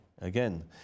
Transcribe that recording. again